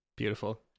Beautiful